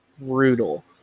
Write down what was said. brutal